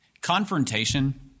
confrontation